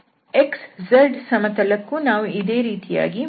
xz ಸಮತಲಕ್ಕೂ ನಾವು ಇದೇ ರೀತಿಯಾಗಿ ಮುಂದುವರಿಯಬಹುದು